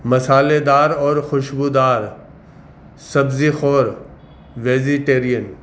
مصالحے دار اور خوشبودار سبزی خور ویجیٹیرین